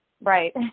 Right